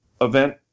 event